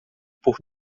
por